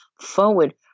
forward